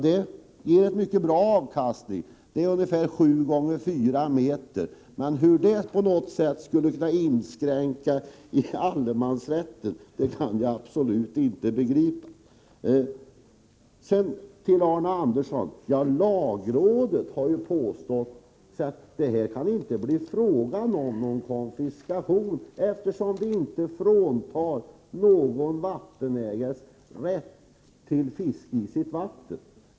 Det är sju meter gånger fyra meter och ger en mycket bra avkastning, men hur det skulle kunna inskrivas i allemansrätten kan jag absolut inte begripa. Sedan några ord till Arne Andersson i Ljung. Lagrådet har sagt att det inte kan bli fråga om konfiskation, eftersom vi inte fråntar någon vattenägare hans rätt till fiske i sitt vatten.